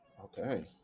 Okay